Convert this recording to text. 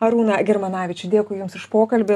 arūną germanavičių dėkui jums už pokalbį